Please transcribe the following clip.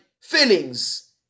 feelings